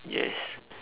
yes